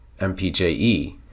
MPJE